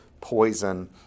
poison